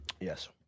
Yes